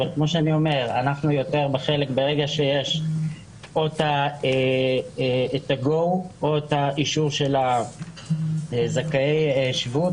אבל ברגע שיש או את ה-GO או את האישור של זכאי שבות,